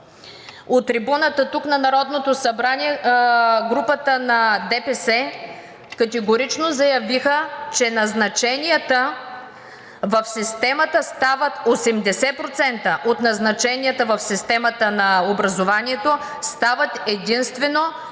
от трибуната тук на Народното събрание групата на ДПС категорично заявиха, че назначенията в системата, 80% от назначенията в системата на образованието, стават единствено